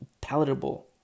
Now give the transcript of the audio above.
palatable